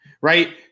right